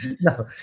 no